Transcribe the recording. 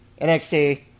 NXT